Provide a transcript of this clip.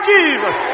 Jesus